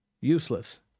Useless